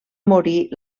morir